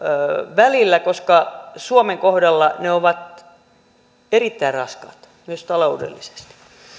välillä koska suomen kohdalla ne ovat erittäin raskaat myös taloudellisesti